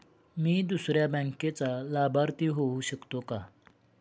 मी दुसऱ्या बँकेचा लाभार्थी होऊ शकतो का?